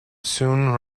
soon